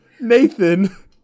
Nathan